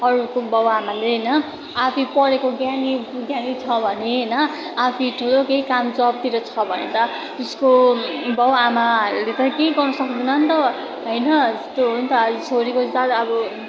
अरूको बाउआमाले होइन आफू पढेको ज्ञानी ज्ञानी छ भने होइन आफै ठुलो केही काम जबतिर छ भने त उसको बाउआमाहरूले पनि त केही गर्नु सक्दैन नि त हैन त्यो हो नि त छोरीको जात अब